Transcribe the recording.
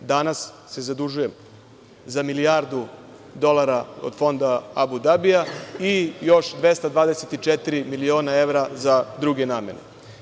Danas se zadužujemo za milijardu dolara od Fonda Abu Dabija i još 224 miliona evra za druge namene.